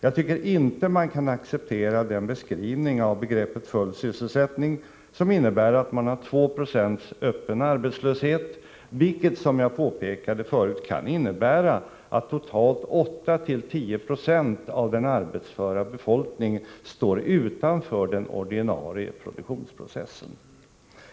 Vi kan inte acceptera den beskrivning av begreppet full sysselsättning som innebär att man har 2 26 öppen arbetslöshet, vilket — som jag påpekade förut — kan betyda att totalt 8-10 20 av den arbetsföra befolkningen står utanför den ordinarie produktionsprocessen.